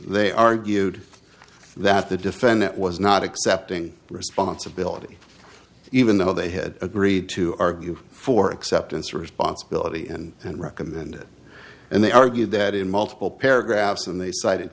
they argued that the defendant was not accepting responsibility even though they had agreed to argue for acceptance of responsibility and and recommended and they argued that in multiple paragraphs and they cited